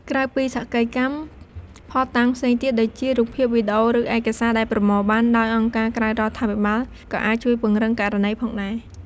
ក្រៅពីសក្ខីកម្ម ភស្តុតាងផ្សេងទៀតដូចជា រូបភាព វីដេអូ ឬឯកសារដែលប្រមូលបានដោយអង្គការក្រៅរដ្ឋាភិបាល ក៏អាចជួយពង្រឹងករណីផងដែរ។